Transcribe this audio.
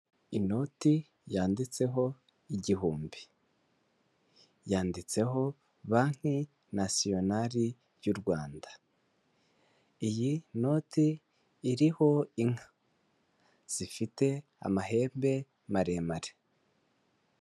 Inoti yanditseho igihumbi, yanditseho banki nasiyonari y'u Rwanda, iyi noti iriho inka zifite amahembe maremare.